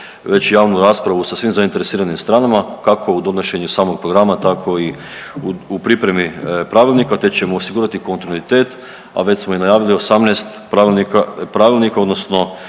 već javnu raspravu sa svim zainteresiranim stranama kao u donošenju samog programa tako i u pripremi pravilnika te ćemo osigurati kontinuitet, a već smo i najavili 18 pravilnika odnosno